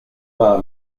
pas